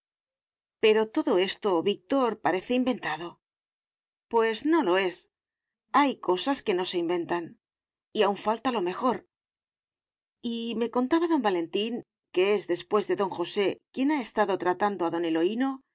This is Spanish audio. pero todo eso víctor parece inventado pues no lo es hay cosas que no se inventan y aún falta lo mejor y me contaba don valentín que es después de don josé quien ha estado tratando a don eloíno